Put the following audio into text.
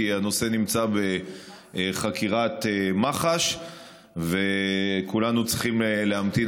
כי הנושא נמצא בחקירת מח"ש וכולנו צריכים להמתין